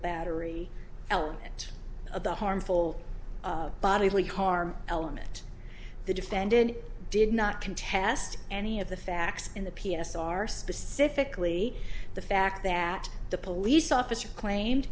battery element of the harmful bodily harm element the defendant did not contest any of the facts in the p s are specifically the fact that the police officer claimed